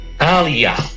Alia